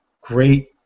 great